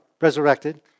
resurrected